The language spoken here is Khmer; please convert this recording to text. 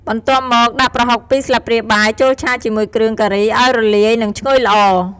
បន្ទាប់មក ដាក់ ប្រហុក ២ ស្លាបព្រាបាយ ចូលឆាជាមួយគ្រឿងការីឱ្យរលាយ និងឈ្ងុយល្អ។